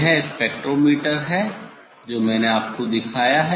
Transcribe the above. यह स्पेक्ट्रोमीटर है जो मैंने आपको दिखाया है